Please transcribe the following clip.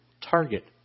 target